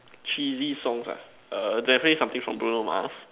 cheesy songs ah err definitely something from Bruno Mars